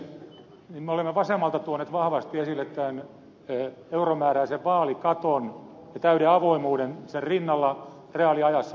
me olemme vasemmalta tuoneet vahvasti esille tämän euromääräisen vaalikaton ja täyden avoimuuden sen rinnalla reaaliajassa